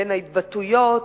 בין ההתבטאויות,